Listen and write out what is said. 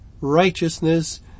righteousness